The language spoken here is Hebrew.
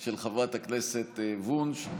של חברת הכנסת וונש.